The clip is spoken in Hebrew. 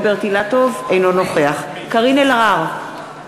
אינו נוכח קארין אלהרר,